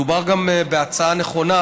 מדובר גם בהצעה נכונה,